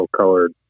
colored